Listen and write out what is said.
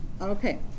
Okay